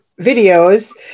videos